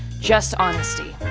just honesty.